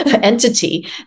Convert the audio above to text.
entity